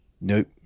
Nope